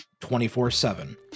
24-7